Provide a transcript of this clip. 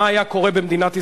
מה היה קורה במדינת ישראל,